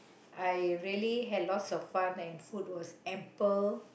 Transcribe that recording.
I really had lots of fun and food was ample